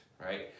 right